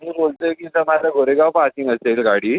मी बोलतो आहे की जर माझं गोरेगाव पासिंग असेल गाडी